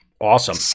Awesome